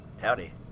Howdy